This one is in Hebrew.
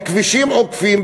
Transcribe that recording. בכבישים עוקפים,